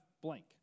blank